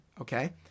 okay